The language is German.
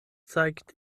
zeigt